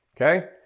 Okay